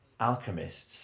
alchemists